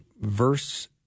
verse